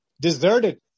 deserted